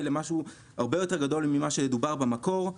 למשהו הרבה יותר גדול ממה שדובר במקור,